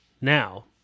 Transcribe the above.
Now